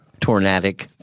tornadic